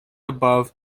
above